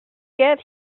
get